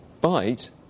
bite